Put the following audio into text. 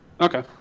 Okay